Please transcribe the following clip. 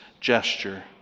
gesture